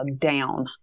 down